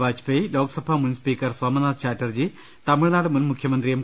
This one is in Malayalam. വാജ്പേയി ലോക്സഭ മുൻ സ്പീക്കർ സോമനാഥ് ചാറ്റർജി തമിഴ്നാട് മുൻ മുഖ്യമന്ത്രി എം